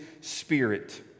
spirit